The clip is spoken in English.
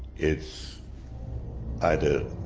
is either